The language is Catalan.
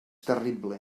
terrible